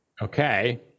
Okay